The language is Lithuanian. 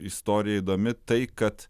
istorija įdomi tai kad